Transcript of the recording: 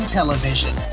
television